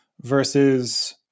versus